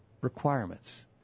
requirements